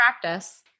practice